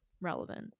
relevant